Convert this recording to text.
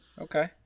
Okay